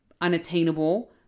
unattainable